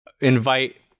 invite